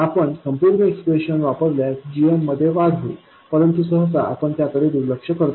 आपण संपूर्ण एक्सप्रेशन वापरल्यास gmमध्ये वाढ होईल परंतु सहसा आपण त्याकडे दुर्लक्ष करतो